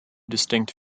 distinct